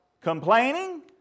complaining